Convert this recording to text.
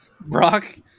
Brock